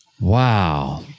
Wow